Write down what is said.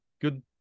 good